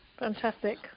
Fantastic